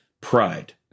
pride